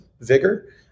vigor